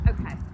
Okay